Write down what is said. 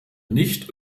nicht